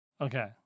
Okay